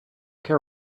care